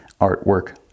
artwork